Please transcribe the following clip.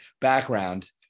background